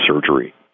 surgery